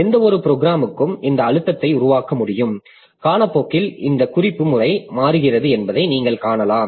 எந்தவொரு ப்ரோக்ராம்க்கும் இந்த அழுத்தத்தை உருவாக்க முடியும் காலப்போக்கில் இந்த குறிப்பு முறை மாறுகிறது என்பதை நீங்கள் காணலாம்